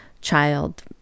child